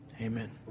Amen